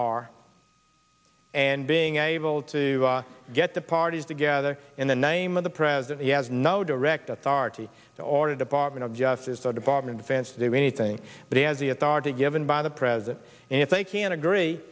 are and being able to get the parties together in the name of the president he has no direct authority to order department of justice department defense to do anything but he has the authority given by the president and if they can agree